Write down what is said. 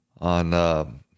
on